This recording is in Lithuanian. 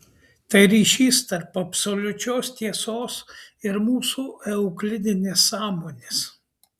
tai ryšys tarp absoliučios tiesos ir mūsų euklidinės sąmonės